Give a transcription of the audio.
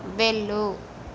వెళ్ళు